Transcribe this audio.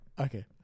Okay